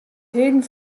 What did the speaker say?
heden